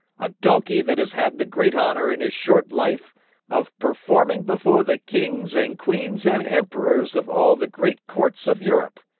a donkey that has had the great honor in his short life of performing before the kings and queens and emperors of all the great courts of europe.